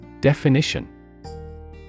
Definition